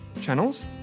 channels